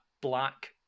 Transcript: black